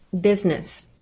business